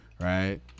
right